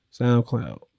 SoundCloud